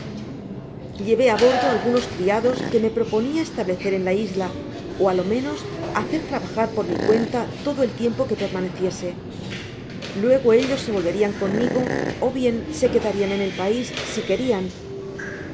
lleve á bordo algunos criados que me proponia establecer en la isla ó á lo menos hacer trabajar por mi cuenta todo el tiempo que permaneciese luego ellos se volverian conmigo é bien se quedarian en el pais si querian